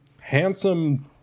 handsome